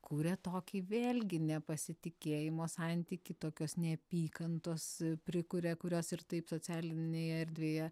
kuria tokį vėlgi nepasitikėjimo santykį tokios neapykantos prikuria kurios ir taip socialinėje erdvėje